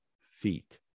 feet